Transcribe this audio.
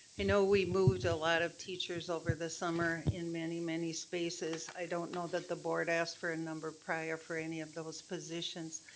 and know we moved a lot of teachers over the summer in many, many spaces. i don't know that the board asked for a number prior for any of those positions.